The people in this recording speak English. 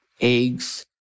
eggs